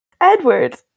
Edward